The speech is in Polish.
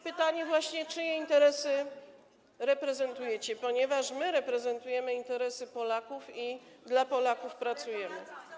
Pytanie, czyje interesy reprezentujecie, ponieważ my reprezentujemy interesy Polaków i dla Polaków pracujemy.